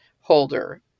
holder